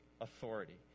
authority